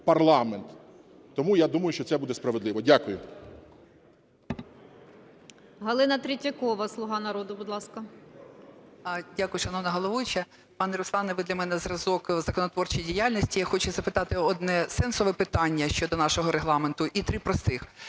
Тому я думаю, що це буде справедливо. Дякую.